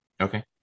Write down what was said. Okay